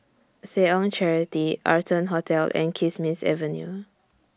Seh Ong Charity Arton Hotel and Kismis Avenue